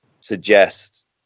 suggest